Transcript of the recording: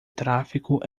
tráfego